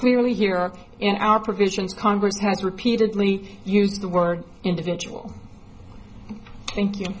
clearly here in our provisions congress has repeatedly used the word individual thank you